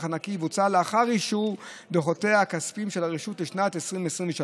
הנקי יבוצע לאחר אישור דוחותיה הכספיים של הרשות לשנת 2023,